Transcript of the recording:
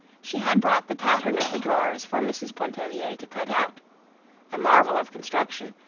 she had brought the pattern of the drawers for mrs. pontellier to cut out a marvel of construction,